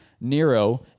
Nero